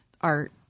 art